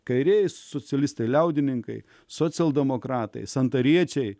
kairieji socialistai liaudininkai socialdemokratai santariečiai